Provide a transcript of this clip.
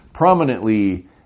prominently